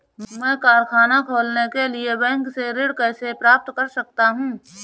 मैं कारखाना खोलने के लिए बैंक से ऋण कैसे प्राप्त कर सकता हूँ?